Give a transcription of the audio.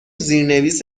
زیرنویس